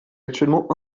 actuellement